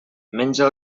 menja